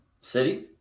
City